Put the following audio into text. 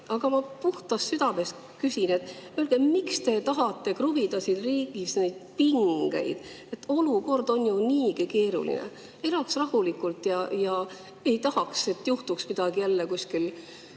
Aga ma puhtast südamest küsin. Öelge, miks te tahate kruvida siin riigis neid pingeid. Olukord on ju niigi keeruline. Elaks rahulikult, ei tahaks, et juhtuks midagi jälle kuskil,